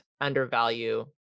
undervalue